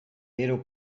éreu